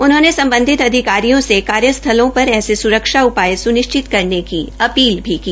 उन्होंने सम्बधित अधिकारियों के कार्य स्थलों पर ऐसे स्रक्षा उपाय स्निश्चित करने की अपील भी की